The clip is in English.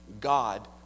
god